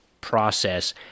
process